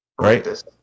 right